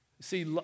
See